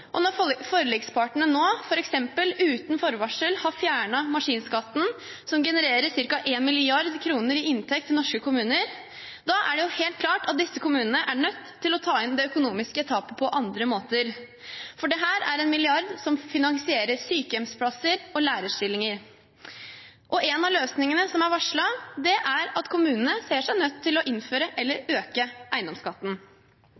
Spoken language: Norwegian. Når forlikspartene nå f.eks. uten forvarsel har fjernet maskinskatten, som genererer rundt 1 mrd. kr i inntekt til norske kommuner, er det helt klart at disse kommunene er nødt til å ta inn det økonomiske tapet på andre måter. Dette er en milliard som finansierer sykehjemsplasser og lærerstillinger. En av løsningene som er varslet, er at kommunene ser seg nødt til å innføre